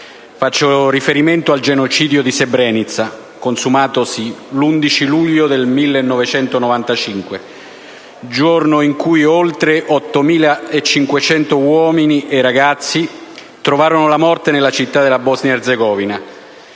mi riferisco al genocidio di Srebrenica, consumatosi l'11 luglio 1995, giorno in cui oltre 8.500 uomini e ragazzi trovarono la morte nella città della Bosnia Erzegovina